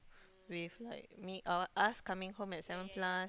with like me or us coming home at seven plus